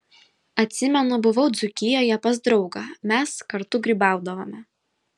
atsimenu buvau dzūkijoje pas draugą mes kartu grybaudavome